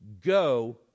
go